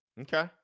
Okay